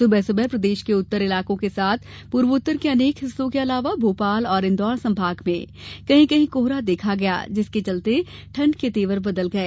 सुबह सुबह प्रदेश के उत्तर इलाकों के साथ पूर्वोत्तर के अनेक हिस्सों के अलावा भोपाल और इंदौर संभाग में कहीं कहीं कोहरा देखा गया जिसके चलते ठंड के तेवर बदल गए